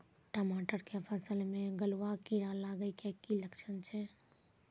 टमाटर के फसल मे गलुआ कीड़ा लगे के की लक्छण छै